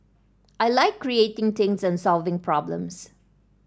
I like creating things and solving problems